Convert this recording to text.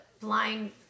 blind